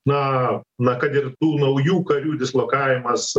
na na kad ir tų naujų karių dislokavimas